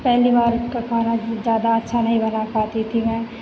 पहली बार का खाना ज़्यादा अच्छा नहीं बना पाती थी मैं